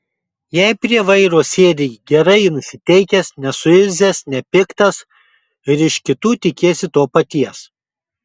jei prie vairo sėdi gerai nusiteikęs nesuirzęs nepiktas ir iš kitų tikiesi to paties